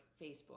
Facebook